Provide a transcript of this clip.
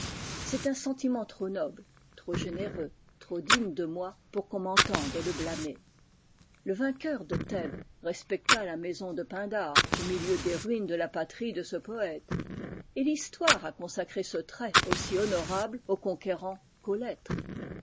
c'est un sentiment trop noble trop généreux trop digne de moi pour qu'on m'entende le blâmer le vainqueur de thèbes respecta la maison de pindare au milieu des ruines de la patrie de ce poète et l'histoire a consacré ce trait aussi honorable au conquérant